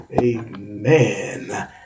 amen